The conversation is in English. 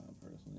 personally